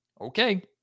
Okay